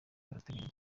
urateganya